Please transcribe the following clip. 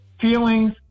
Feelings